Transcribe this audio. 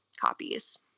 copies